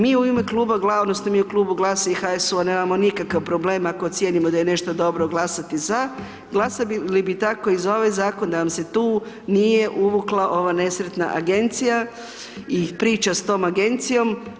Mi u ime kluba …/nerazumljivo/… mi u Klubu GLAS-a i HSU-a nemamo nikakav problem ako ocijenimo da je nešto dobro glasati za, glasali bi tako i za ovaj zakon da nam se tu nije uvukla ova nesretna agencija i priča s tom agencijom.